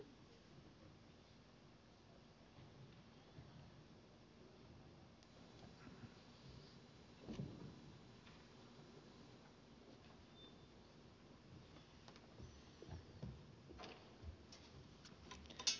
arvoisa puhemies